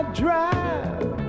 drive